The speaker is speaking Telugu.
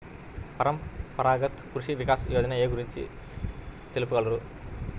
పరంపరాగత్ కృషి వికాస్ యోజన ఏ గురించి తెలుపగలరు?